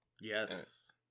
Yes